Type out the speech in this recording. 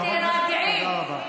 תירגעי.